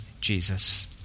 Jesus